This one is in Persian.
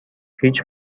هیچ